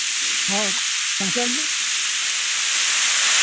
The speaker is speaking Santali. ᱦᱚᱸ ᱮᱱᱠᱷᱟᱱ